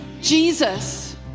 Jesus